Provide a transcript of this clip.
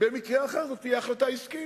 במקרה אחר זאת תהיה החלטה עסקית.